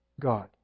God